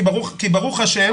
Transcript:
כי ברוך השם,